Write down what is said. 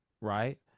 Right